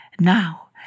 Now